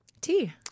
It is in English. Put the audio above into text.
Tea